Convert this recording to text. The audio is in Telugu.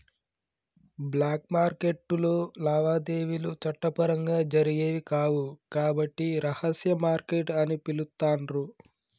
బ్లాక్ మార్కెట్టులో లావాదేవీలు చట్టపరంగా జరిగేవి కావు కాబట్టి రహస్య మార్కెట్ అని పిలుత్తాండ్రు